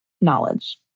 knowledge